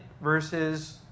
versus